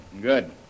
Good